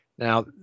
Now